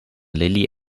lilly